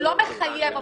הוא לא מחייב אותו,